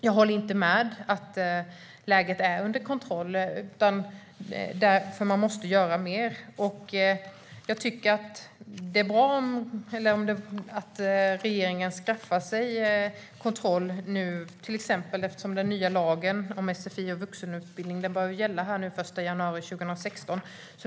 Jag håller inte med om att läget är under kontroll. Man måste göra mer. Det är bra att regeringen nu skaffar sig kontroll. Till exempel börjar den nya lagen om sfi och vuxenutbildning att gälla den 1 januari 2016.